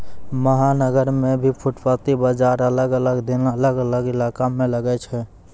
महानगर मॅ भी फुटपाती बाजार अलग अलग दिन अलग अलग इलाका मॅ लागै छै